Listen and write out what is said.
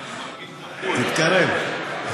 תתקרב.